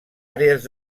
àrees